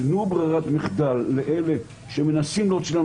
תנו ברירת מחדל לאלה שמנסים להוציא לנו